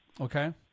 Okay